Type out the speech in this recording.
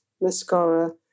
Mascara